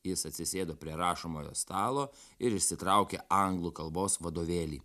jis atsisėdo prie rašomojo stalo ir išsitraukė anglų kalbos vadovėlį